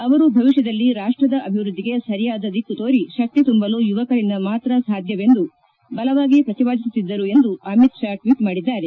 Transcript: ಅವರು ಭವಿಷ್ಣದಲ್ಲಿ ರಾಷ್ಟದ ಅಭಿವೃದ್ದಿಗೆ ಸರಿಯಾದ ದಿಕ್ಕು ತೋರಿ ಶಕ್ತಿ ತುಂಬಲು ಯುವಕರಿಂದ ಮಾತ್ರ ಸಾಧ್ಯವೆಂದು ಬಲವಾಗಿ ಪ್ರತಿಪಾದಿಸುತ್ತಿದ್ದರು ಎಂದು ಅಮಿತ್ ಶಾ ಟ್ವೀಟ್ ಮಾಡಿದ್ದಾರೆ